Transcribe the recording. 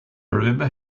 remember